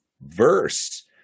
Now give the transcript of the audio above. verse